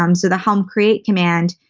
um so the helm create command,